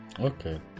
Okay